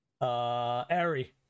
Ari